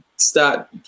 Start